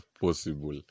possible